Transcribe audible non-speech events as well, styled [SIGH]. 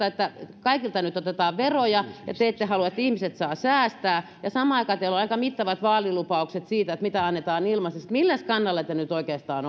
[UNINTELLIGIBLE] että kaikilta nyt otetaan veroja ja te ette halua että ihmiset saavat säästää samaan aikaan teillä on aika mittavat vaalilupaukset siitä mitä annetaan ilmaiseksi milläs kannalla te nyt oikeastaan [UNINTELLIGIBLE]